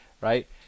right